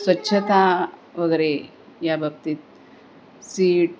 स्वच्छता वगैरे या बाबतीत सीट